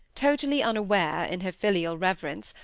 totally unaware, in her filial reverence,